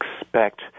expect